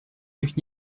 них